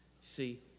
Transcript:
See